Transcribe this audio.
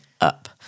up